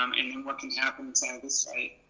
um and then what can happen inside of this site.